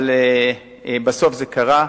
אבל בסוף זה קרה.